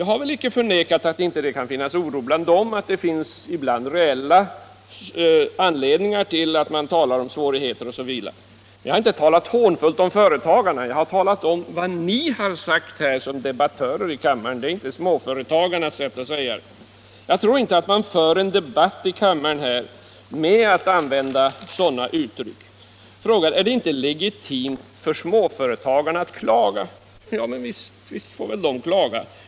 Jag har väl icke förnekat att det kan finnas oro bland dem, att det ibland finns reella anledningar till att man talar om svårigheter osv. Jag har inte talat hånfullt om företagarna, jag har talat om vad ni har sagt här som debattörer i kammaren, inte om småföretagarnas sätt att säga sin mening. Jag tror inte att man skall föra en debatt här i kammaren med användande av sådana uttryck. Det frågas: Är det inte legitimt för småföretagarna att klaga? Visst får väl de klaga.